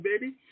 baby